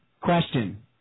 Question